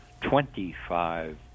Twenty-five